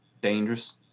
dangerous